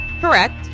correct